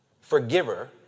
forgiver